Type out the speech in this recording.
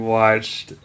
watched